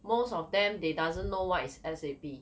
most of them they doesn't know what is S_A_P